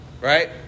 right